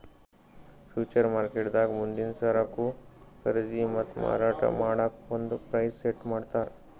future ಮಾರ್ಕೆಟ್ದಾಗ್ ಮುಂದಿನ್ ಸರಕು ಖರೀದಿ ಮತ್ತ್ ಮಾರಾಟ್ ಮಾಡಕ್ಕ್ ಒಂದ್ ಪ್ರೈಸ್ ಸೆಟ್ ಮಾಡ್ತರ್